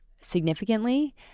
significantly